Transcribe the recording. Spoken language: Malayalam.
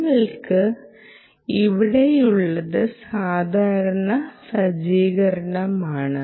നിങ്ങൾക്ക് ഇവിടെയുള്ളത് സാധാരണ സജ്ജീകരണമാണ്